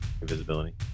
invisibility